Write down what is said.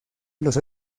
los